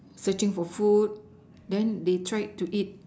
searching for food then they tried to eat